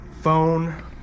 phone